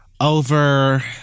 Over